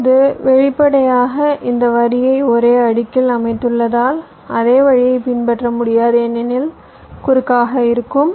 இப்போது வெளிப்படையாக இந்த வரியை ஒரே அடுக்கில் அமைத்துள்ளதால் அதே வழியைப் பின்பற்ற முடியாது ஏனெனில் குறுக்காக இருக்கும்